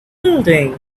building